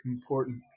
important